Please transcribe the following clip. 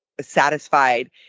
satisfied